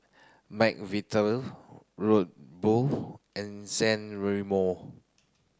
McVitie Red Bull and San Remo